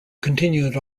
continued